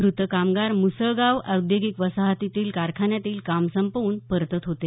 मृत कामगार मुसळगाव औद्योगिक वसाहतीतील कारखान्यातील काम संपवून परतत होते